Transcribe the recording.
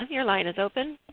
your line is open.